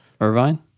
Irvine